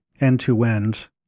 end-to-end